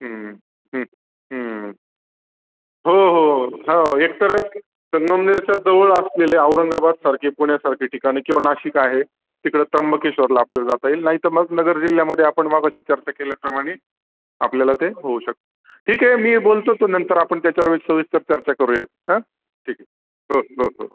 हं हं हं हो हो हो हो एकतर संगमनेरच्या जवळ असलेले औरंगाबादसारखे पुण्यासारखे ठिकाणं किंवा नाशिक आहे तिकडं त्रंबकेश्वरला आपल्याला जाता येईल नाहीतर मग नगर जिल्ह्यामध्ये आपण मगाशी चर्चा केल्याप्रमाणे आपल्याला ते होऊ शक ठीक आहे मी बोलतो तु नंतर आपण त्याच्यावर विस सविस्तर चर्चा करूयात हं ठीक आहे हो हो हो